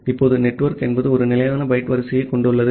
இப்போது நெட்வொர்க் என்பது ஒரு நிலையான பைட் வரிசையைக் கொண்டுள்ளது